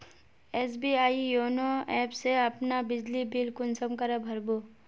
SBI YONO app से अपना बिजली बिल कुंसम करे भर बो?